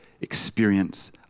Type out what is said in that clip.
experience